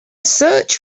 search